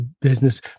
business